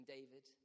David